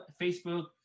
Facebook